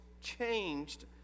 changed